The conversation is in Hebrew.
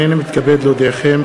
הנני מתכבד להודיעכם,